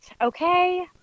Okay